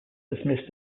dismissed